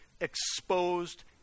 exposed